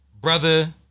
brother